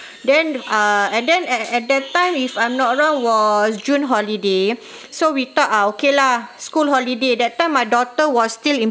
then ah and then at at that time if I'm not wrong was june holiday so we thought ah okay lah school holiday that time my daughter was still in